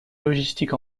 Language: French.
logistique